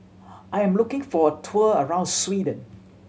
I'm looking for a tour around Sweden